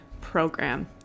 program